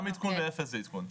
גם עדכון באפס זה עדכון.